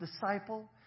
disciple